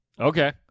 Okay